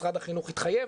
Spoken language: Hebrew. משרד החינוך התחייב,